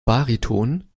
bariton